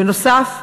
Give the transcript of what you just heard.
בנוסף,